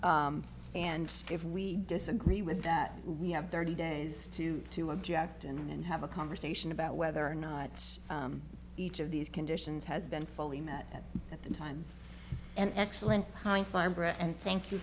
and if we disagree with that we have thirty days to to object and have a conversation about whether or not each of these conditions has been fully met at the time and excellent point barbara and thank you